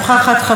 אינו נוכח,